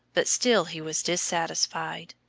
but still he was dissatisfied.